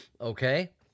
Okay